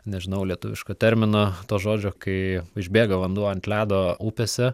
nežinau lietuviško terminą to žodžio kai užbėga vanduo ant ledo upėse